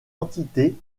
entités